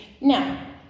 Now